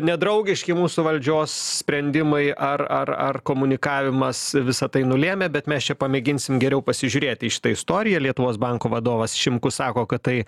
nedraugiški mūsų valdžios sprendimai ar ar ar komunikavimas visa tai nulėmė bet mes čia pamėginsim geriau pasižiūrėt į šitą istoriją lietuvos banko vadovas šimkus sako kad tai